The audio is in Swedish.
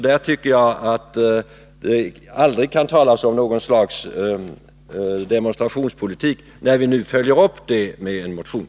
Det kan aldrig talas om något slags demonstrationspolitik när vi nu fullföljer med en motion.